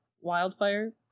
wildfire